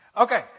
Okay